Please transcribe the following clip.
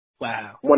Wow